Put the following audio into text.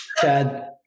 Chad